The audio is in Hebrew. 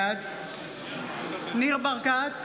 בעד ניר ברקת,